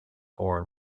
horn